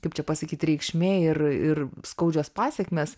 kaip čia pasakyt reikšmė ir ir skaudžios pasekmės